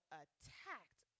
attacked